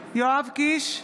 קיש,